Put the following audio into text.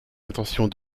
intentions